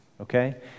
okay